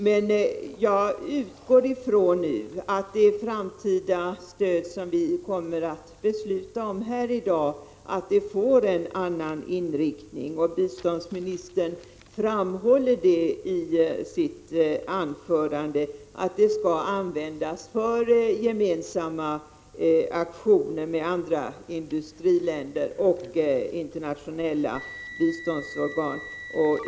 Men jag utgår ifrån att det framtida stöd som vi kommer att fatta beslut om här i dag får en annan inriktning. Biståndsministern framhöll i sitt anförande att det skall användas för aktioner gemensamt med andra industriländer och internationella biståndsorgan.